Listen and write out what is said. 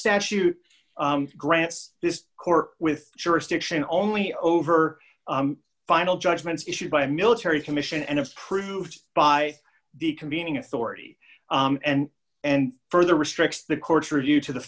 statute grants this court with jurisdiction only over final judgments issued by a military commission and approved by the convening authority and and further restricts the courtroom you to the